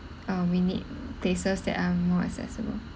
uh we need places that are more accessible